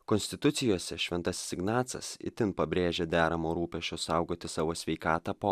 konstitucijose šventasis ignacas itin pabrėžia deramo rūpesčio saugoti savo sveikatą po